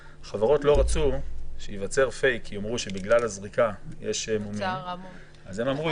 רצו שייווצר פייק כי אמרו שבגלל הזריקה יש מומים אז הם אמרו,